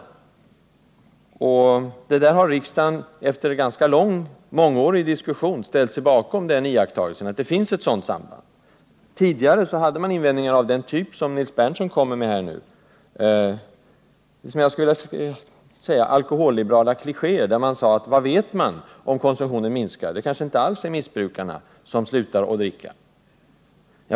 Iakttagelsen att det finns ett sådant samband har riksdagen efter en mångårig diskussion ställt sig bakom. Tidigare hade man invändningar av den typ som Nils Berndtson framför, mot vad jag skulle vilja kalla för alkoholliberala klichéer. Man sade: Vad vet man om att konsumtionen minskar? Det kanske inte alls är missbrukarna som slutar att dricka!